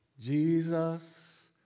Jesus